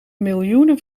miljoenen